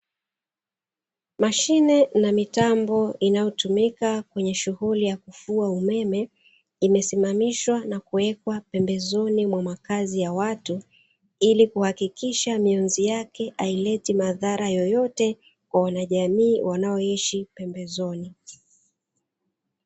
Mashine na mitambo inayotumika kwenye shughuli ya kufua umeme, imesimamishwa na kuwekwa pembezoni mwa makazi ya watu. Ili kuhakikisha mionzi yake haileti madhara yoyote kwa wanajamii wanaoishi pembezoni.